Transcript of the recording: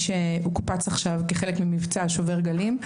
שהוקפץ עכשיו כחלק ממבצע "שובר גלים".